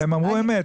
הם אמרו אמת,